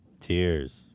Tears